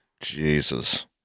Jesus